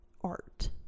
art